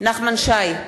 נחמן שי,